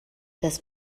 des